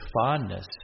fondness